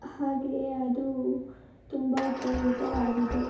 ಹಾಗೆಯೇ ಅದು ತುಂಬ ಉಪಯೋಗವಾಗಿದೆ